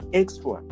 extra